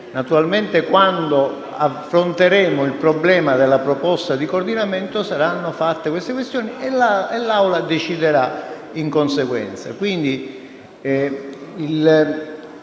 Naturalmente, quando affronteremo il problema della proposta di coordinamento, saranno affrontate anche queste questioni e l'Assemblea deciderà di conseguenza.